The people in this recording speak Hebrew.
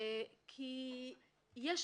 אי אפשר להגיד שלדימונה אין את היתרון של גודל,